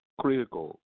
critical